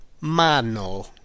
mano